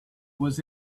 was